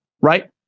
right